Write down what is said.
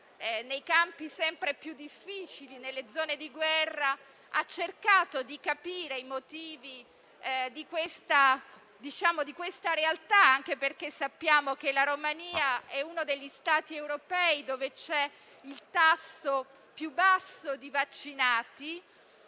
in campi sempre più difficili, nelle zone di guerra - ha cercato di capire i motivi di quella realtà. Sappiamo infatti che la Romania è uno degli Stati europei dove ci sono il tasso più basso di vaccinati